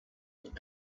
that